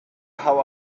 how